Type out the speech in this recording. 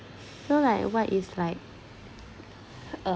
so like what is like uh